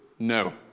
No